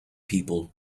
people